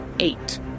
Eight